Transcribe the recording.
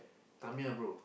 Tamiya bro